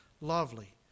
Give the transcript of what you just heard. lovely